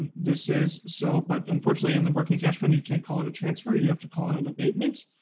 and this is so, but unfortunately in the working cash fund, you can't call it a transfer. you have to call it an abatement.